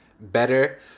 better